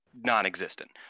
non-existent